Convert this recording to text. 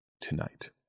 tonight